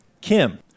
Kim